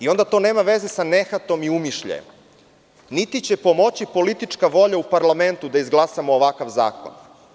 Onda to nema veze sa nehatom i umišljajem, niti će pomoći politička volja u parlamentu da izglasamo ovakav zakon.